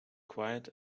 quiet